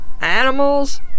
Animals